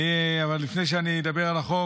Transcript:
אבל לפני שאדבר על החוק,